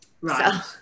Right